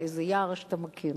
על איזה יער שאתה מכיר,